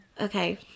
Okay